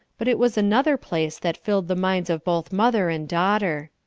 but it was another place that filled the minds of both mother and daughter.